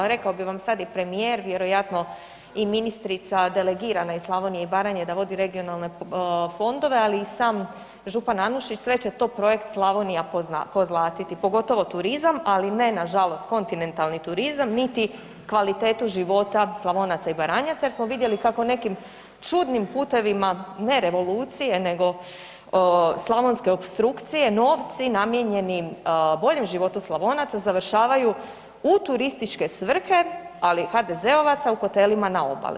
A rekao bi vam sad i premijer vjerojatno i ministrica delegirana iz Slavonije i Baranje da vodi regionalne fondove, ali i sam župan Anušić, sve će to Projekt Slavonija pozlatiti, pogotovo turizam, ali ne na žalost kontinentalni turizam, niti kvalitetu života Slavonaca i Baranjaca jer smo vidjeli kako nekim čudnim putevima ne revolucije nego slavonske opstrukcije novci namijenjeni boljem životu Slavonaca završavaju u turističke svrhe, ali HDZ-ovaca u hotelima na obali.